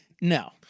No